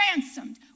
ransomed